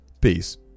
Peace